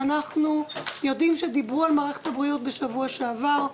ואנחנו יודעים שדיברו על מערכת הבריאות בשבוע שעבר.